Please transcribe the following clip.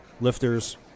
lifters